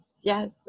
yes